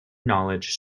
knowledge